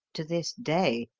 to this day,